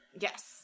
Yes